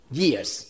years